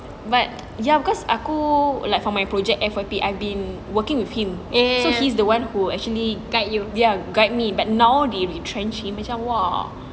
but ya because aku like from a project F_Y_P I've been working with him so he's the one who actually ya guide me but now they retrench him macam !wah!